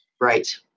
Right